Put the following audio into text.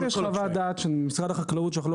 אם יש חוות דעת של משרד החקלאות שלא